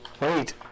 Wait